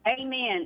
Amen